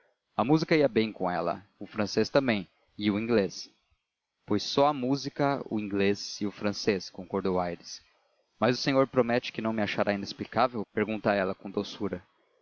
a música ia bem com ela o francês também e o inglês pois só a música o inglês e o francês concordou aires mas o senhor promete que não me achará inexplicável pergunta ela com doçura